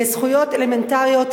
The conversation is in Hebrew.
לזכויות אלמנטריות,